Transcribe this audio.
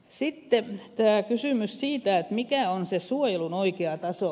sitten tämä kysymys siitä mikä on se suojelun oikea taso